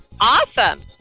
Awesome